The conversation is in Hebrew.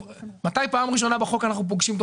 מתי בפעם הראשונה בחוק אנחנו פוגשים את הקביעה